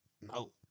No